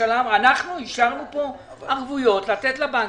אנחנו אישרנו פה ערבויות לתת לבנקים,